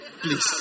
please